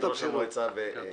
אנחנו מקבלים את ראש המועצה בברכה.